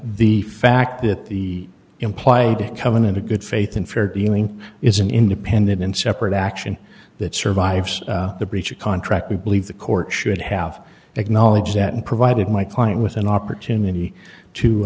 the fact that the implied covenant of good faith and fair dealing is an independent and separate action that survives the breach of contract we believe the court should have acknowledged that and provided my client with an opportunity to